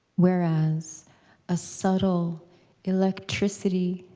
whereas a subtle electricity